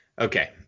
okay